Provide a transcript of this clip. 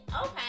Okay